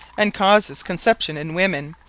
and causeth conception in women,